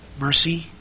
mercy